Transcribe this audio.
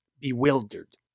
bewildered